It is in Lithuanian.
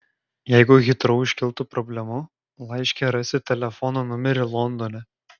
jeigu hitrou iškiltų problemų laiške rasit telefono numerį londone